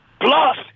Plus